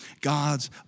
God's